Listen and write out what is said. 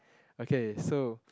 okay so